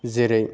जेरै